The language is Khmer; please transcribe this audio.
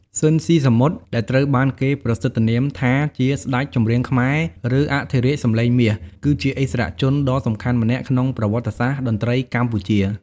ស៊ីន ស៊ីសាមុត ដែលត្រូវបានគេប្រសិទ្ធនាមថាជា ស្ដេចចម្រៀងខ្មែរ ឬ អធិរាជសម្លេងមាស គឺជាឥស្សរជនដ៏សំខាន់ម្នាក់ក្នុងប្រវត្តិសាស្ត្រតន្ត្រីកម្ពុជា ។